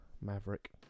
maverick